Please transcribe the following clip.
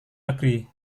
negeri